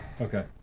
Okay